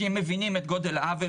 כי הם מבינים את גודל העוול.